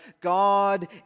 God